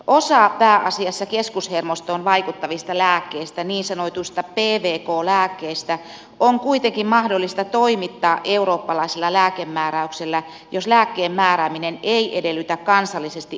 osa pääasiassa keskushermostoon vaikuttavista lääkkeistä niin sanotuista pkv lääkkeistä on kuitenkin mahdollista toimittaa eurooppalaisella lääkemääräyksellä jos lääkkeen määrääminen ei edellytä kansallisesti erityislääkemää räystä